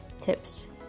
tips